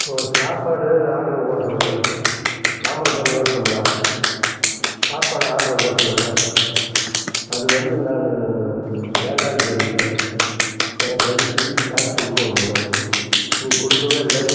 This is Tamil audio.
ஒரு சாப்பாடு ஆர்டரு போட்டேனுங்க தாமிரபரணி ஹோட்டலுங்களா சாப்பாடு ஆர்டரு போட்டேன்ல அது வந்து நான் வேண்டாம்னு சொல்லிட்டேன் எனக்கு வந்து திருப்பி காசு கொடுக்கோணும்ல நீ கொடுக்கவே இல்லை